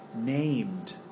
named